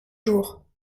jours